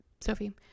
Sophie